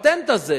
הפטנט הזה,